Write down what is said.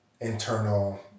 internal